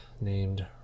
named